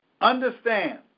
Understand